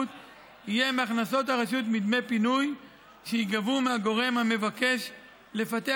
יהיה מהכנסות הרשות מדמי פינוי שייגבו מהגורם המבקש לפתח